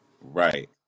right